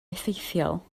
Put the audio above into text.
effeithiol